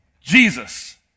Jesus